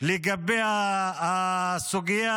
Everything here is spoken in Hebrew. לגבי הסוגיה